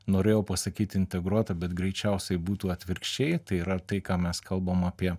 norėjau pasakyt integruota bet greičiausiai būtų atvirkščiai tai yra tai ką mes kalbam apie